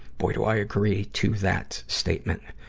boy, do i agree to that statement.